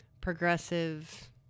progressive